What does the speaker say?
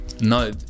No